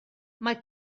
mae